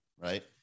right